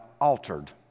altered